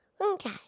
Okay